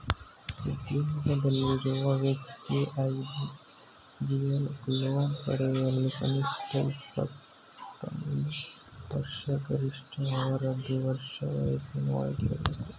ಉದ್ಯೋಗದಲ್ಲಿರುವ ವ್ಯಕ್ತಿ individual loan ಪಡೆಯಲು ಕನಿಷ್ಠ ಇಪ್ಪತ್ತೊಂದು ವರ್ಷ ಗರಿಷ್ಠ ಅರವತ್ತು ವರ್ಷ ವಯಸ್ಸಿನ ಒಳಗಿರಬೇಕು